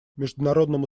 международному